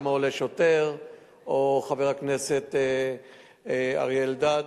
או חבר הכנסת אריה אלדד,